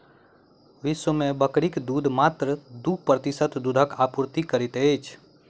विश्व मे बकरीक दूध मात्र दू प्रतिशत दूधक आपूर्ति करैत अछि